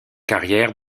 carrière